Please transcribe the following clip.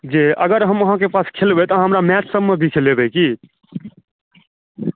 जे अगर हम अहाँके पास खेलबै तऽ हमरा मैचसभमे भी खेलेबए की